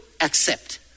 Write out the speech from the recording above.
accept